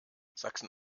sachsen